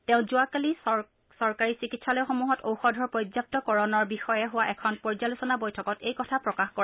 তেওঁ যোৱাকালি চৰকাৰী চিকিৎসালয়সমূহত ঔষধৰ পৰ্যাপ্তকৰণৰ বিষয়ে হোৱা এখন পৰ্যালোচনা বৈঠকত এই কথা প্ৰকাশ কৰে